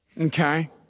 okay